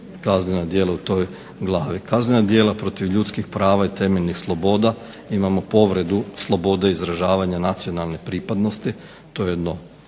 kaznena djela u toj glavi. Kaznena djela protiv ljudskih prava i temeljnih sloboda imamo povredu slobode izražavanja nacionalne pripadnosti,